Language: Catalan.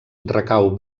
recau